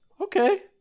Okay